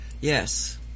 Yes